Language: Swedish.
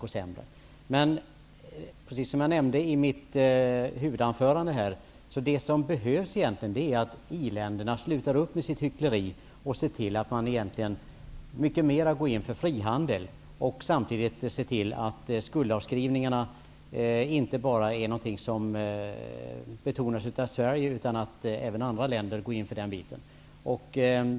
Vad som egentligen behövs är, precis som jag nämnde i mitt huvudanförande, att i-länderna slutar med sitt hyckleri och ser till att man mycket mera går in för frihandel och även att skuldavskrivningarna inte bara betonas av Sverige. Även andra länder får gå in för den biten.